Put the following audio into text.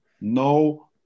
No